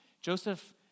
Joseph